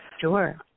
Sure